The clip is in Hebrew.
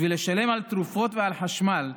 בשביל לשלם על תרופות ועל חשמל.